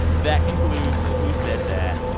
that concludes who said that.